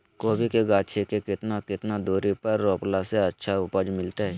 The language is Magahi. कोबी के गाछी के कितना कितना दूरी पर रोपला से अच्छा उपज मिलतैय?